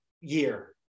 year